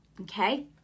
okay